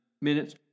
minutes